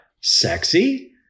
Sexy